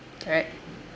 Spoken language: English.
correct